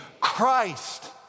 Christ